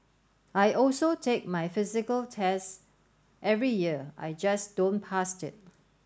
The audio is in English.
I also take my physical test every year I just don't pass it